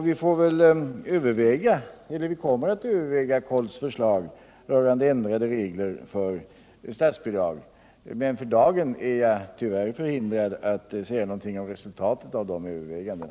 Vi kommer att överväga KOLT:s förslag rörande ändrade regler för statsbidrag, men för dagen är jag tyvärr förhindrad att säga någonting om resultatet av dessa överväganden.